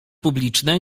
publiczne